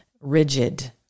rigid